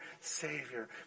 Savior